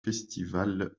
festivals